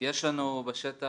יש לנו בשטח,